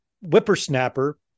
whippersnapper